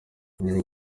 dore